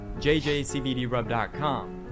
jjcbdrub.com